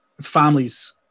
families